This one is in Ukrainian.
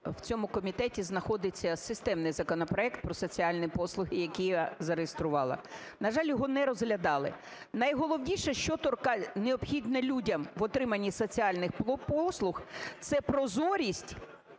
в цьому комітеті знаходиться системний законопроект про соціальні послуги, який я зареєструвала. На жаль, його не розглядали. Найголовніше, що необхідне людям в отриманні соціальних послуг – це прозорість,